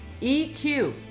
EQ